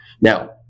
Now